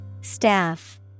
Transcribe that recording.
Staff